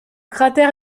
cratère